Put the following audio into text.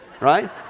Right